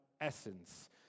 essence